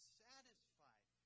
satisfied